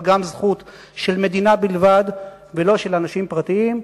אבל גם זכות של מדינה בלבד ולא של אנשים פרטיים.